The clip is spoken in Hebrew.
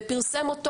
ופרסם אותו